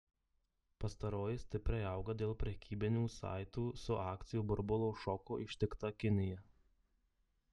pastaroji stipriai auga dėl prekybinių saitų su akcijų burbulo šoko ištikta kinija